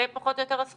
זה פחות או יותר הסכום?